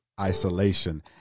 isolation